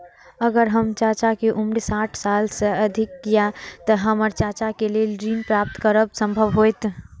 अगर हमर चाचा के उम्र साठ साल से अधिक या ते हमर चाचा के लेल ऋण प्राप्त करब संभव होएत?